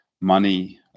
money